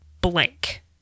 blank